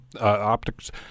optics